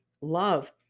love